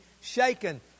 shaken